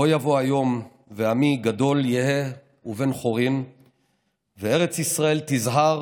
"בוא יבוא היום ועמי גדול יהא ובן חורין וארץ ישראל תזהר